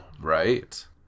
Right